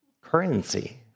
currency